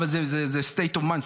אבל זה state of mind,